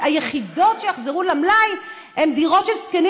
היחידות שיחזרו למלאי הן דירות של זקנים